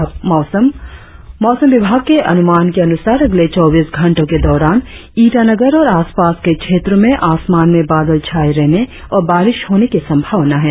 और अब मौसम मौसम विभाग के अनुमान के अनुसार अगले चौबीस घंटो के दौरान ईटानगर और आसपास के क्षेत्रो में आसमान में बादल छाये रहने और बारिश होने की संभावना है